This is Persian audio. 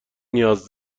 نیاز